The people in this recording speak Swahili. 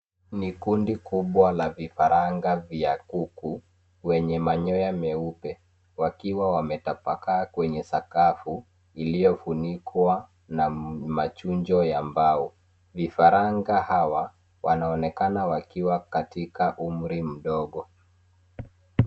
Ni kundi kubwa la vifaranga vya kuku, wenye manyoya meupe. Wakiwa wametapakaa kwenye sakafu iliyofunikwa na machujo ya mbao. Vifaranga hawa wanaonekana wakiwa katika umri mdogo.